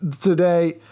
today